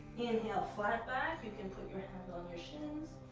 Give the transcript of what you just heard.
inhale, flat back, you can put your hands on your shins,